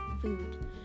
food